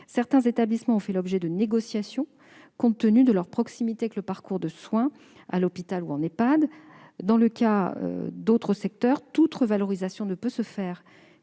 Certains établissements ont fait l'objet de négociations compte tenu de leur proximité avec le parcours de soins à l'hôpital ou en Ehpad. Dans d'autres secteurs, toute revalorisation ne peut se faire